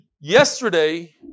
yesterday